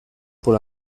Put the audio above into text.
por